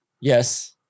Yes